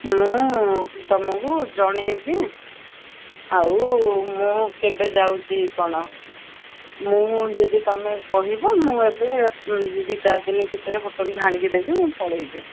ମୁଁ ତୁମକୁ ଜଣାଇବି ଆଉ ମୁଁ କେବେ ଯାଉଛି କ'ଣ ମୁଁ ଯିବି ତୁମେ କହିବ ମୁଁ ଏବେ ଦୁଇ ଚାରି ଦିନ ଭିତରେ ହୋଟେଲ୍ ଭାଙ୍ଗି ଦେବି ମୁଁ ପଳାଇବି